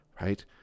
right